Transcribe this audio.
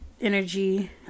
energy